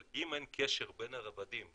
אבל אם אין קשר בין הרבדים,